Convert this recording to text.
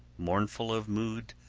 mournful of mood,